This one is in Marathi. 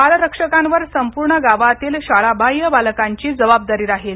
बालरक्षकांवर संपूर्ण गावातील शाळाबाह्य बालकांची जबाबदारी राहील